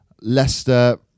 Leicester